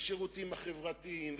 בשירותים החברתיים,